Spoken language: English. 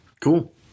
Cool